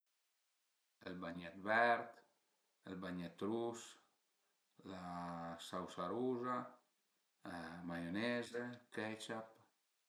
Ël bagnèt vert, ël bagnet rus, la sausa ruza, maioneze, ketchup